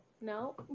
No